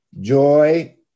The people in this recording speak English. Joy